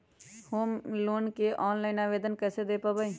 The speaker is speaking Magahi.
होम लोन के ऑनलाइन आवेदन कैसे दें पवई?